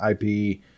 IP